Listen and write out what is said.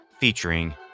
featuring